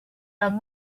are